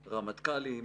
רמטכ"לים,